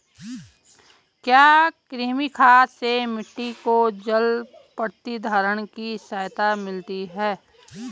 क्या कृमि खाद से मिट्टी को जल प्रतिधारण में सहायता मिलती है?